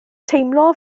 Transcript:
teimlo